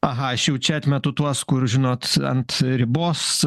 aha aš jau čia atmetu tuos kur žinot ant ribos